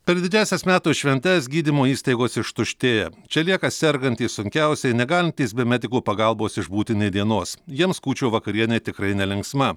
per didžiąsias metų šventes gydymo įstaigos ištuštėja čia lieka sergantys sunkiausiai negalintys be medikų pagalbos išbūti nė dienos jiems kūčių vakarienė tikrai nelinksma